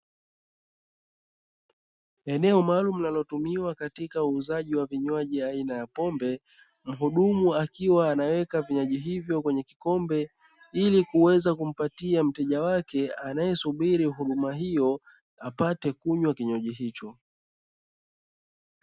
Eneo maalumu linalotumia katika uuzaji wa vinywaji aina ya pombe, mhudumu akiwa anaweka vinywaji hivyo kwenye kikombe ili kuweza kumpatia mteja wake anayesubiri huduma hiyo apate kunywa kinywaji hicho.